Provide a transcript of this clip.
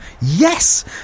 Yes